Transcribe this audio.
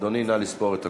אדוני, נא לספור את הקולות.